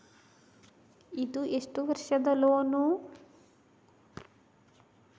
ಇದು ಎಷ್ಟು ವರ್ಷದ ಲೋನ್?